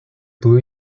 blue